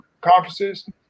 conferences